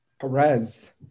Perez